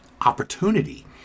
opportunity